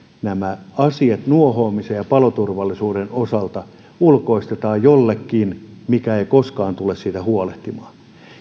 nämä asiat nuohoamisen ja paloturvallisuuden osalta ulkoistetaan jollekin joka ei koskaan tule siitä huolehtimaan